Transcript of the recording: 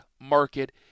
market